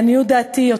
לעניות דעתי,